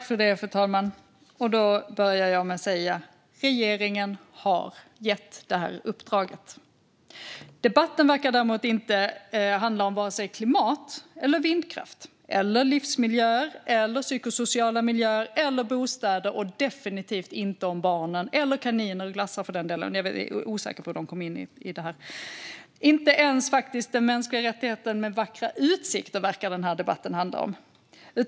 Fru talman! Jag börjar med att säga att regeringen har gett det här uppdraget. Debatten verkar dock inte handla om vare sig klimat eller vindkraft. Den verkar inte handla om livsmiljöer, psykosociala miljöer eller bostäder, och den verkar definitivt inte handla om barnen - eller kaniner och glassar, för den delen. Jag är osäker på hur de kom in i detta. Inte ens den mänskliga rättigheten till vackra utsikter verkar den här debatten handla om.